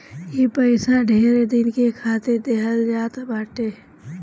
ई पइसा ढेर दिन के खातिर देहल जात बाटे